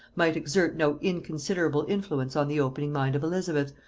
might exert no inconsiderable influence on the opening mind of elizabeth,